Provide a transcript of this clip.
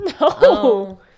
No